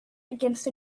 against